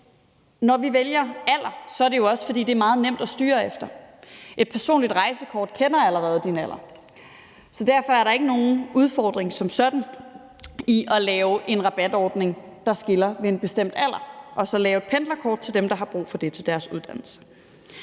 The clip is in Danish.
når vi vælger alder, er det jo også, fordi det er meget nemt at styre efter. Et personligt rejsekort kender allerede din alder, så derfor er der ikke nogen udfordring som sådan i at lave en rabatordning, der skiller ved en bestemt alder, og så lave et pendlerkort til dem, der har brug for det til deres uddannelse.